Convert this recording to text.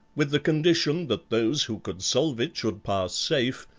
with the condition that those who could solve it should pass safe,